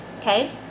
Okay